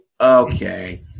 okay